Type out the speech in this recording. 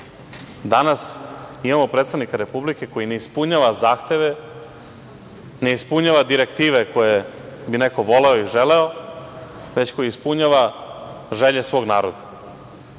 Danas imamo predsednika Republike koji ne ispunjava zahteve, ne ispunjava direktive koje bi neko voleo i želeo, već koji ispunjava želje svog naroda,